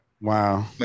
Wow